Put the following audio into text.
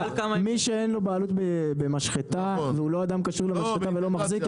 מי שאין לו בעלות במשחטה והוא לא אדם קשור במשחטה ולא מחזיק,